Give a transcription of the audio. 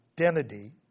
identity